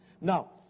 Now